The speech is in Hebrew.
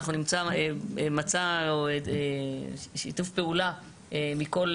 אנחנו נמצא מצע או שיתוף פעולה מכל